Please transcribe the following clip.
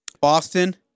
Boston